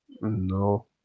No